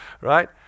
Right